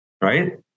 right